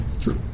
True